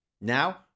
Now